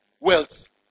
wealth